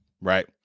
right